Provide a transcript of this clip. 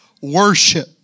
Worship